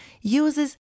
uses